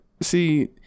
see